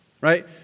right